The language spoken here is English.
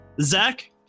Zach